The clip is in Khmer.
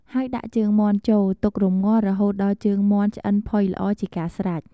ហើយដាក់ជើងមាន់ចូលទុករម្ងាស់រហូតដល់ជើងមាន់ឆ្អិនផុយល្អជាការស្រេច។